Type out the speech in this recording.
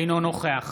אינו נוכח